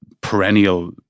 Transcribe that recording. perennial